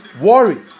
worry